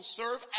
serve